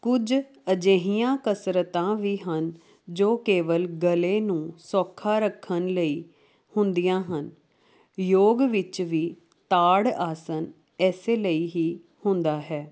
ਕੁਝ ਅਜਿਹੀਆਂ ਕਸਰਤਾਂ ਵੀ ਹਨ ਜੋ ਕੇਵਲ ਗਲੇ ਨੂੰ ਸੌਖਾ ਰੱਖਣ ਲਈ ਹੁੰਦੀਆਂ ਹਨ ਯੋਗ ਵਿੱਚ ਵੀ ਤਾੜ ਆਸਣ ਐਸੇ ਲਈ ਹੀ ਹੁੰਦਾ ਹੈ